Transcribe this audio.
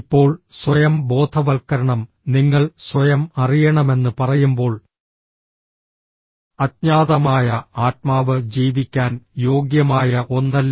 ഇപ്പോൾ സ്വയം ബോധവൽക്കരണം നിങ്ങൾ സ്വയം അറിയണമെന്ന് പറയുമ്പോൾ അജ്ഞാതമായ ആത്മാവ് ജീവിക്കാൻ യോഗ്യമായ ഒന്നല്ല